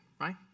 right